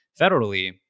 federally